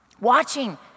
watching